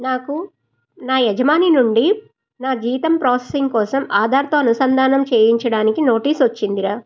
నాకు నా యజమాని నుండి నా జీతం ప్రాసెసింగ్ కోసం ఆధార్తో అనుసంధానం చేయించడానికి నోటీస్ వచ్చింది రా